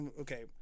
okay